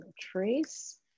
trace